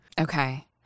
Okay